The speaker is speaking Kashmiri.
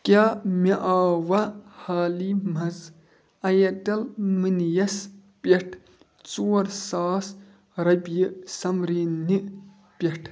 کیٛاہ مےٚ آوا حالی منٛز اَیَرٹیٚل مٔنی یَس پٮ۪ٹھ ژور ساس رۄپیہِ سمریٖن نہِ پٮ۪ٹھ